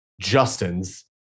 Justin's